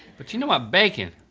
but you know, um bacon.